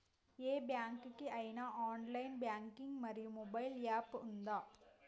ఏ bank కి ఐనా online banking మరియు మొబైల్ యాప్ ఉందా?